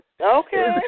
Okay